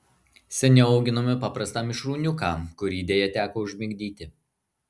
seniau auginome paprastą mišrūniuką kurį deja teko užmigdyti